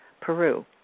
Peru